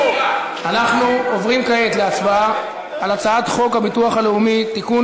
אנחנו עוברים כעת להצבעה על הצעת חוק הביטוח הלאומי (תיקון,